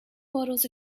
waddles